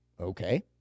Okay